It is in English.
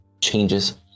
changes